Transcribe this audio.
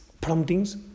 promptings